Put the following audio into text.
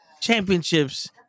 championships